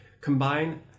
Combine